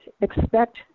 expect